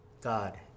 God